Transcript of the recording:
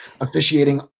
officiating